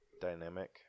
dynamic